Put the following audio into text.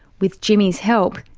with jimmy's help,